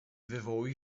wywołuj